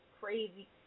crazy